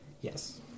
Yes